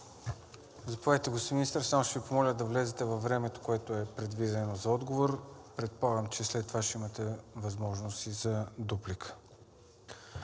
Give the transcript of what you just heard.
Заповядайте, господин Министър. Само ще Ви помоля да влезете във времето, което е предвидено за отговор. Предполагам, че след това ще имате възможност и за дуплика.